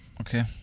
Okay